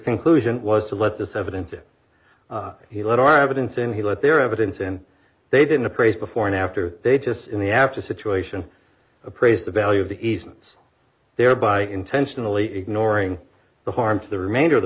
conclusion was to let this evidence in he let our evidence in he let their evidence and they didn't appraise before and after they just in the after situation appraise the value of the east thereby intentionally ignoring the harm to the remainder